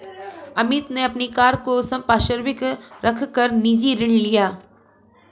अमित ने अपनी कार को संपार्श्विक रख कर निजी ऋण लिया है